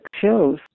shows